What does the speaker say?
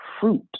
fruit